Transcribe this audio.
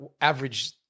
average